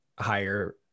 higher –